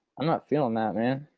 i'm not feeling that man.